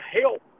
help